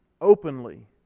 openly